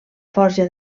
forja